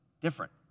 different